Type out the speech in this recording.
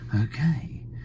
okay